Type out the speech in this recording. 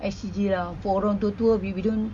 I_C_G lah for orang tua-tua we don't